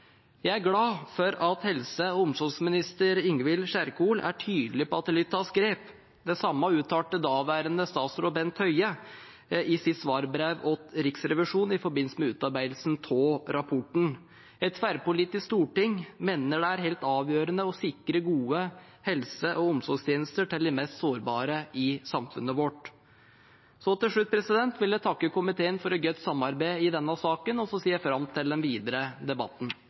Jeg er glad for at helse og omsorgsminister Ingvild Kjerkol er tydelig på at det må tas grep. Det samme uttalte daværende statsråd Bent Høie i sitt svarbrev til Riksrevisjonen i forbindelse med utarbeidelsen av rapporten. Et tverrpolitisk storting mener det er helt avgjørende å sikre gode helse- og omsorgstjenester til de mest sårbare i samfunnet vårt. Til slutt vil jeg takke komiteen for godt samarbeid i denne saken, og jeg ser fram til den videre debatten.